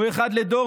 הוא אחד לדור,